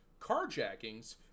carjackings